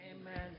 Amen